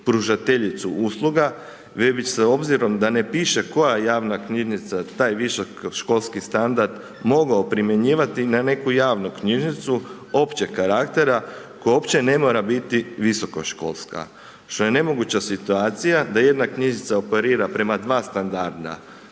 pružateljicu usluga već bise obzirom da ne piše koja javna knjižnica taj višeškolski standard mogao primjenjivati na neku javnu knjižnicu općeg karaktera koja uopće ne morate biti visokoškolska što je ne moguća situacija da jedna knjižnica operira prema dva standarda,